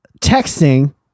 texting